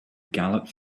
galloped